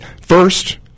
first